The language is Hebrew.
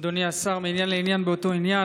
אדוני השר, מעניין לעניין באותו עניין.